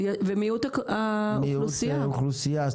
ומיעוט האוכלוסייה.